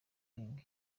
king